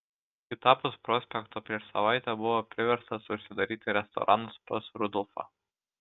kitapus prospekto prieš savaitę buvo priverstas užsidaryti restoranas pas rudolfą